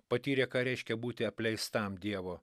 patyrė ką reiškia būti apleistam dievo